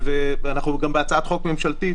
אנחנו גם בהצעת חוק ממשלתית